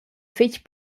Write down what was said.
fetg